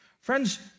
Friends